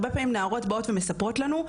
הרבה פעמים נערות באות ומספרות לנו,